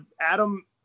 Adam